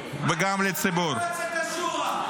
וגם לציבור.